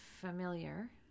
familiar